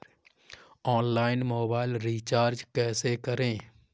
Online mobile recharge कैसे करें?